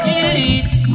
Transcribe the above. elite